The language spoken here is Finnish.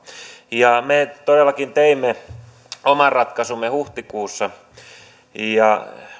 ja me todellakin teimme oman ratkaisumme huhtikuussa ja